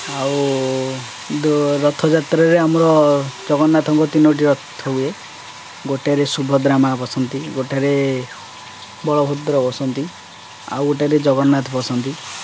ଆଉ ରଥଯାତ୍ରାରେ ଆମର ଜଗନ୍ନାଥଙ୍କ ତିନୋଟି ରଥ ହୁଏ ଗୋଟେ ରେ ସୁଭଦ୍ରା ମା ବସନ୍ତି ଗୋଟେ ରେ ବଳଭଦ୍ର ବସନ୍ତି ଆଉ ଗୋଟେ ରେ ଜଗନ୍ନାଥ ବସନ୍ତି